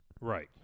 Right